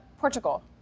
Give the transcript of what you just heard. Portugal